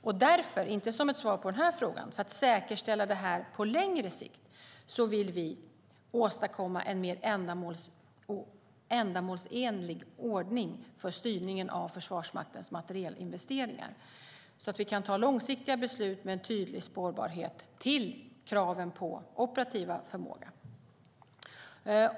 Jag säger det inte som ett svar på den här frågan, men för att säkerställa detta på längre sikt vill vi åstadkomma en mer ändamålsenlig ordning för styrningen av Försvarsmaktens materielinvesteringar, så att vi kan ta långsiktiga beslut med tydlig spårbarhet till kraven på operativ förmåga.